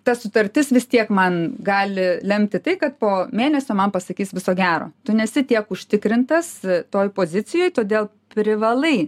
ta sutartis vis tiek man gali lemti tai kad po mėnesio man pasakys viso gero tu nesi tiek užtikrintas toj pozicijoj todėl privalai